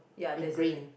in green